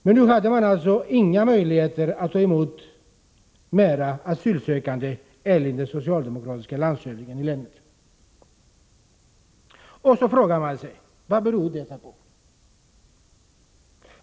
Men nu hade man alltså, enligt den socialdemokratiske landshövdingen i länet, inga möjligheter att ta emot fler asylsökande. Jag frågar mig: Vad beror detta på?